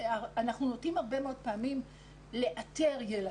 אנחנו נוטים לאתר ילדים.